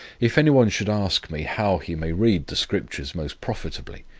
if anyone should ask me, how he may read the scriptures most profitably,